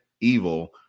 evil